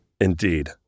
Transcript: Indeed